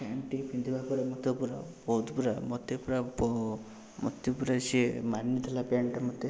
ପ୍ୟାଣ୍ଟ୍ଟି ପିନ୍ଧିବା ପରେ ସିଏ ମୋତେ ପୁରା ବହୁତ ପୁରା ମୋତେ ପୁରା ବୋ ମୋତେ ପୁରା ସିଏ ମାନିଥିଲା ପ୍ୟାଣ୍ଟ୍ଟା ମୋତେ